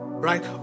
Right